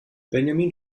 benjamin